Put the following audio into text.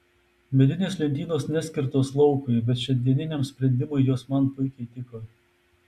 medinės lentynos neskirtos laukui bet šiandieniniam sprendimui jos man puikiai tiko